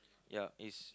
ya is